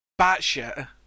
Batshit